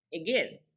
again